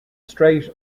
straight